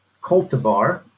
cultivar